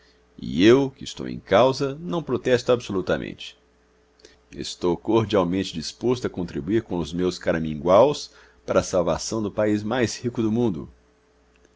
e eu que estou em causa não protesto absolutamente estou cordialmente disposto a contribuir com os meus caraminguaus para a salvação do país mais rico do mundo